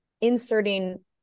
inserting